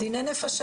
דיני נפשות.